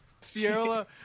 Sierra